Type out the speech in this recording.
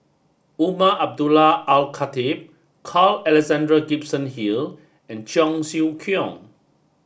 Umar Abdullah Al Khatib Carl Alexander Gibson Hill and Cheong Siew Keong